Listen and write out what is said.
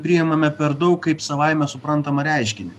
priimame per daug kaip savaime suprantamą reiškinį